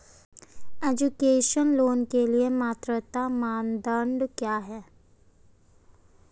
Education loan के लिए पात्रता मानदंड क्या है?